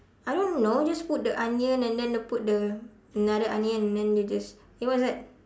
I don't know just put the onion and then put the another onion and then you just eh what's that